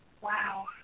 Wow